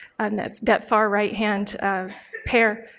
and that that far righthand um pair,